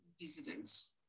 visitors